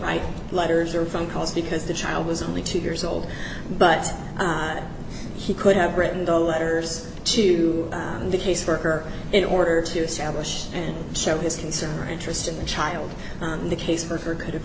write letters or phone calls because the child was only two years old but he could have written the letters to the case for her in order to establish show his concern or interest in the child the case for her could have